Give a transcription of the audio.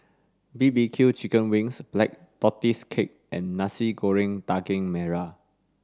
B B Q chicken wings black tortoise cake and Nasi Goreng Daging Merah